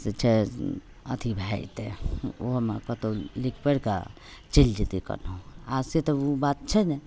से छै अथी भए जएतै ओहोमे कतहु लिखि पढ़िके चलि जएतै कोनहु आओर से तऽ ओ बात छै नहि